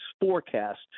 forecast